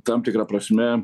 tam tikra prasme